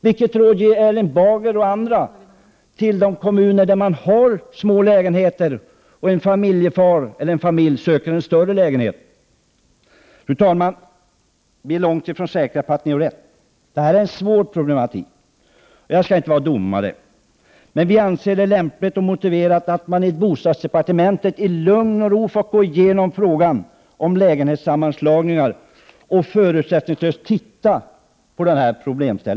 Vilket råd vill Erling Bager och hans kollegor ge till de kommuner där det finns smålägenheter och en familj söker en större lägenhet? Fru talman! Vi är långt ifrån säkra att majoriteten har rätt. Problemet är svårt, men jag skall inte vara en domare. Vi socialdemokrater anser att det är lämpligt och motiverat att man i bostadsdepartementet i lugn och ro får gå igenom frågan om lägenhetssammanslagningar och förutsättningslöst titta på problemen.